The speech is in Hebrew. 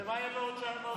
ומה יהיה עבורנו,